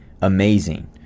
amazing